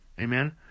Amen